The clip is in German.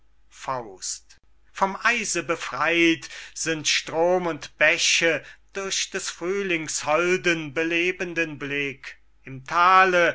faust und wagner vom eise befreyt sind strom und bäche durch des frühlings holden belebenden blick im thale